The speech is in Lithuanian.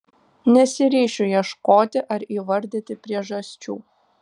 nesiryšiu ieškoti ar įvardyti priežasčių